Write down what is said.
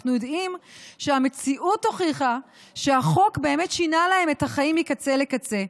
אנחנו יודעים שהמציאות הוכיחה שהחוק באמת שינה להם את החיים מקצה לקצה.